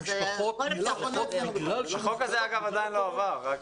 ‏החוק הזה, אגב, עדיין לא עבר.